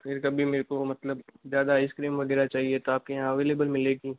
फिर कभी मेरे को मतल ज़्यादा आइसक्रीम वग़ैरह चाहिए था आप के यहाँ अवेलेबल मिलेगी